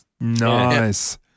Nice